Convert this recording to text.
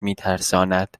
میترساند